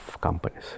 companies